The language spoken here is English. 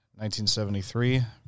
1973